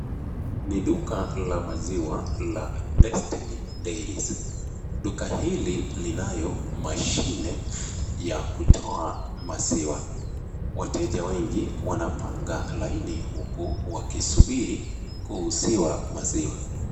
Ni duka la maziwa la Destiny dairies, duka hili linayo mashini ya kutoa maziwa. Wateja wengi wanapanga laini huku wakisubiri kuuziwa maziwa.